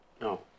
no